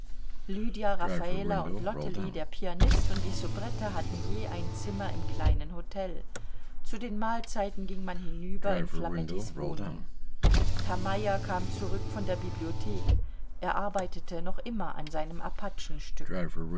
lydia raffala und lottely der pianist und die soubrette hatten je ein zimmer im kleinen hotel zu den mahlzeiten ging man hinüber in flamettis wohnung herr meyer kam zurück von der bibliothek er arbeitete noch immer an seinem